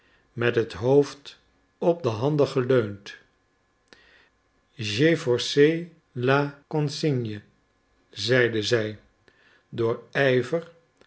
met het hoofd op de handen geleund j'ai forcé la consigne zeide zij door